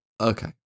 Okay